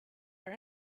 our